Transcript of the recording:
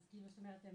אז זאת אומרת הם